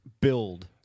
build